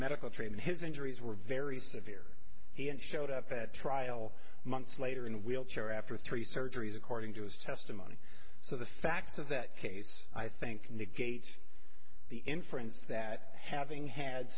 medical treatment his injuries were very severe he and showed up at trial months later in a wheelchair after three surgeries according to his testimony so the facts of that case i think negates the inference that having had